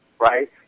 right